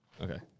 Okay